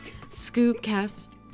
Scoopcast